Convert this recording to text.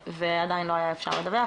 ועדיין לא היה אפשר לדווח,